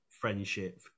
friendship